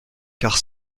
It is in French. car